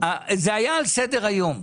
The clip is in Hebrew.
זה היה על סדר היום.